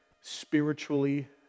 spiritually